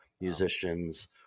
musicians